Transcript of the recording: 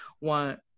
want